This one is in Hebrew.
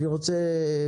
אני רוצה,